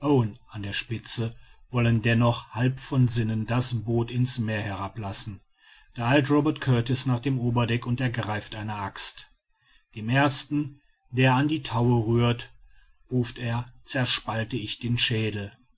an der spitze wollen dennoch halb von sinnen das boot in's meer herablassen da eilt robert kurtis nach dem oberdeck und ergreift eine axt dem ersten der an die taue rührt ruft er zerspalte ich den schädel